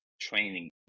training